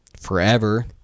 forever